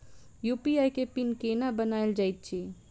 UPI केँ pin केना बनायल जाइत अछि